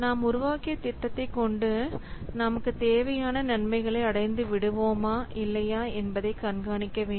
நாம் உருவாக்கிய திட்டத்தை கொண்டு நாம் தேவையான நன்மைகளை அடைந்து விடுவோமா இல்லையா என்பதை கண்காணிக்க வேண்டும்